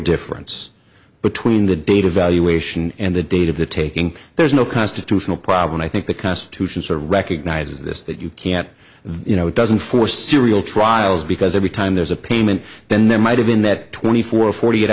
difference between the data evaluation and the date of the taking there's no constitutional problem i think the constitution sort of recognizes this that you can't you know it doesn't for serial trials because every time there's a payment then there might have been that twenty four or forty eight